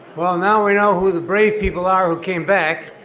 well now we know who the brave people are who came back.